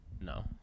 No